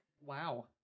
Wow